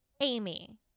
Amy